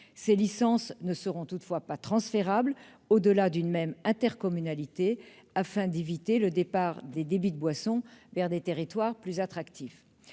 Celles-ci ne seront toutefois pas transférables au-delà d'une même intercommunalité, afin d'éviter le départ de certains débits de boissons vers des territoires plus attractifs.